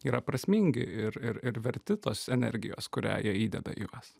yra prasmingi ir ir ir verti tos energijos kurią jie įdeda į juos